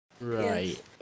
Right